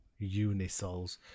unisols